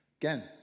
Again